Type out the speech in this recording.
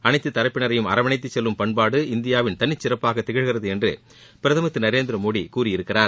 அனைத்துத்தரப்பினரையும் அரவணைத்து செல்லும் பண்பாடு இந்தியாவின் தனிச்சிறப்பாக திகழ்கிறது என்று பிரதமர் திரு நரேந்திர மோடி கூறியிருக்கிறார்